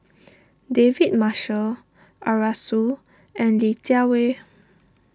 David Marshall Arasu and Li Jiawei